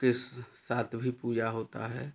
किस साथ भी पूजा होता है